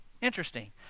Interesting